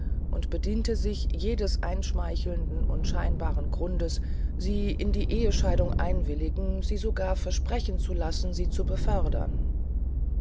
und bediente sich jedes einschmeichelnden und scheinbaren grundes sie in die ehescheidung willigen sie sogar versprechen zu lassen sie zu befördern